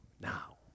Now